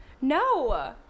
No